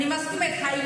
אני מסכימה איתך.